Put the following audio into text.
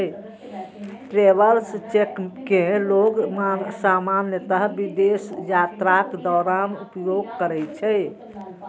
travellers cheque कें लोग सामान्यतः विदेश यात्राक दौरान उपयोग करै छै